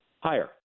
higher